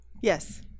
Yes